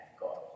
God